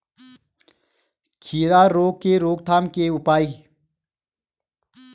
खीरा रोग के रोकथाम के उपाय?